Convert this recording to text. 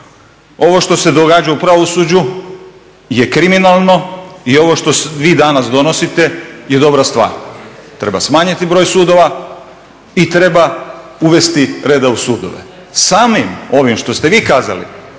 Ovo što se događa u pravosuđu je kriminalno i ovo što vi danas donosite je dobra stvar. Treba smanjiti broj sudova i treba uvesti reda u sudove. Samim ovim što ste vi kazali,